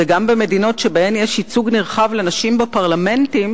גם במדינות שבהן יש ייצוג נרחב לנשים בפרלמנטים,